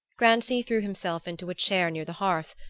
grancy threw himself into a chair near the hearth,